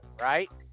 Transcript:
right